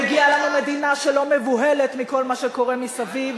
מגיעה לנו מדינה שלא מבוהלת מכל מה שקורה מסביב,